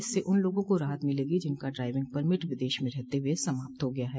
इससे उन लोगों को राहत मिलेगी जिनका ड्राइविंग परमिट विदेश में रहते हुए समाप्त हा गया है